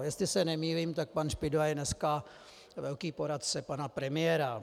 Jestli se nemýlím, tak pan Špidla je dneska velký poradce pana premiéra.